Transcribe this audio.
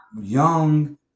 young